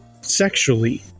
sexually